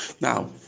now